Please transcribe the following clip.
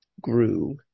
grew